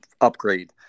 upgrade